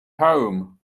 home